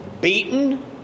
beaten